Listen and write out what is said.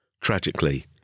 Tragically